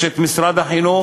יש משרד החינוך,